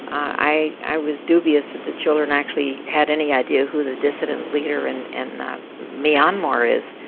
i was dubious that the children actually had any idea who the dissident leader in in myanmar is.